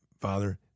Father